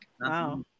Wow